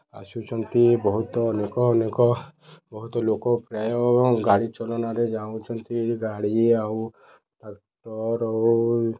ଆସୁଚନ୍ତି ବହୁତ ଅନେକ ଅନେକ ବହୁତ ଲୋକ ପ୍ରାୟ ଗାଡ଼ି ଚଲନାରେ ଯାଉଚନ୍ତି ଗାଡ଼ି ଆଉ ଟ୍ରାକ୍ଟର୍ ଆଉ